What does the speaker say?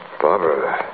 Barbara